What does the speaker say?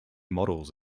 models